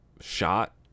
shot